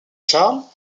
charles